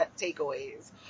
takeaways